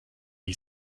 die